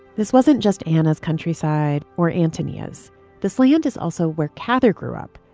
this wasn't just anna's countryside or antonia's this land is also where cather grew up.